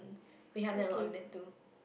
we help them a lot with that too